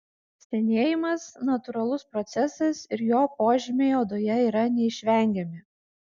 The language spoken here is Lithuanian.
senėjimas natūralus procesas ir jo požymiai odoje yra neišvengiami